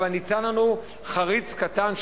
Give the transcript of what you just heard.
אבל ניתן לנו חריץ קטן,